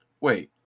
Wait